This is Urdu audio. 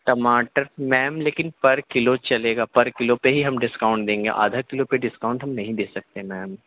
ٹماٹر میم لیکن پر کلو چلے گا پر کلو پہ ہی ہم ڈسکاؤنٹ دیں گے آدھا کلو پہ ڈسکاؤنٹ ہم نہیں دے سکتے ہیں میم